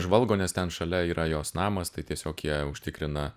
žvalgo nes ten šalia yra jos namas tai tiesiog jie užtikrina